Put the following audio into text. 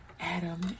Adam